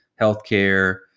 healthcare